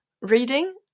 reading